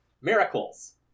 Miracles